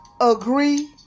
agree